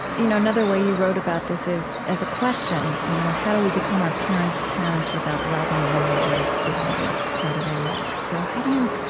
you know another way you wrote about this is as a question and you know how do we become our parents' parents without robbing them of their dignity? how do they let us? so how do you